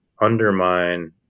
undermine